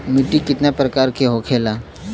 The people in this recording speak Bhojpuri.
मिट्टी कितना प्रकार के होखेला?